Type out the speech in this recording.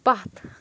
پتھ